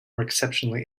exceptionally